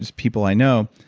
people i know,